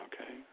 okay